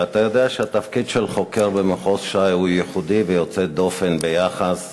ואתה יודע שהתפקיד של חוקר במחוז ש"י הוא ייחודי ויוצא-דופן ביחס